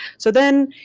so then,